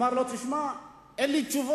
הוא אמר לו: תשמע, אין לי תשובות,